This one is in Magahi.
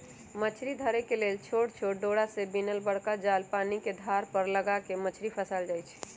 मछरी धरे लेल छोट छोट डोरा से बिनल बरका जाल पानिके धार पर लगा कऽ मछरी फसायल जाइ छै